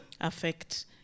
affect